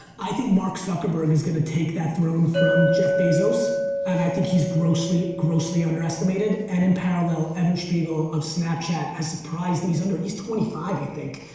i think mark zuckerburg is gonna take that throne from jeff bezos and i think he's grossly, grossly underestimated and in parallel, evan spiegel of snapchat has surprised and me. and and he's twenty five i think.